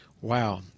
Wow